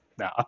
no